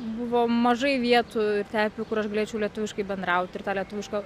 buvo mažai vietų terpių kur aš galėčiau lietuviškai bendrauti ir tą lietuvišką